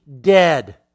dead